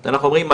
אז אנחנו אומרים,